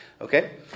Okay